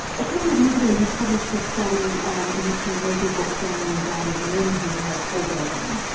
a couple of years ago you published a study um in which you measured what was going on in the brain of men who have orgasm.